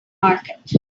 market